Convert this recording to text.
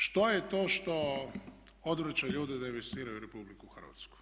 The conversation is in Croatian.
Što je to što odvraća ljude da investiraju u RH?